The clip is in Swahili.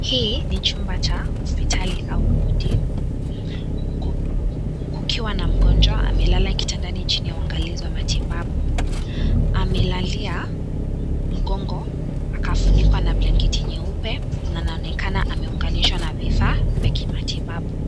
Hii ni chumba cha hospitali au wadi kukiwa na mgonjwa amelala kitandani chini ya uangalizi wa matibabu amelalia mgongo akafunikwa na blanketi nyeupe na anaonekana ameunganishwa na vifaa vya kimatibabu